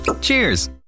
Cheers